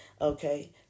Okay